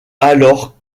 alors